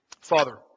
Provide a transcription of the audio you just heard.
Father